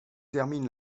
termine